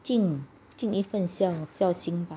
敬敬一份孝心吧